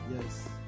Yes